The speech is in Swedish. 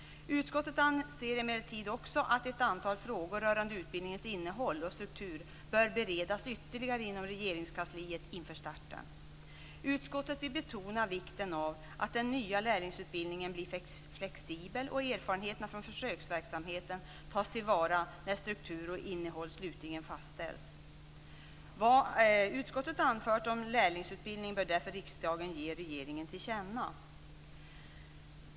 Utskottet anser emellertid också att ett antal frågor rörande utbildningens innehåll och struktur bör beredas ytterligare inom Regeringskansliet inför starten. Utskottet vill betona vikten av att den nya lärlingsutbildningen blir flexibel och av att erfarenheterna tas till vara när struktur och innehåll slutligen fastställs. Vad utskottet anfört om lärlingsutbildning bör därför riksdagen ge regeringen till känna.